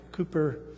Cooper